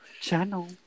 channel